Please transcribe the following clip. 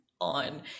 on